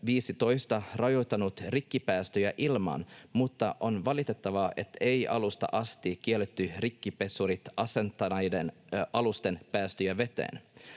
rajoittanut rikkipäästöjä ilmaan, mutta on valitettavaa, että ei alusta asti kielletty rikkipesurit asentaneiden alusten päästöjä veteen.